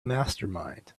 mastermind